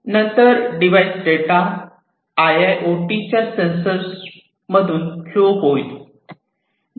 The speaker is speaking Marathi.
त्यानंतर device data I I O T sensor मधून फ्लो होईल